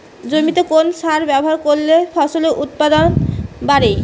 জমিতে কোন সার ব্যবহার করলে ফসলের উৎপাদন বাড়ে?